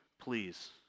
please